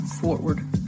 forward